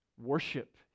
worship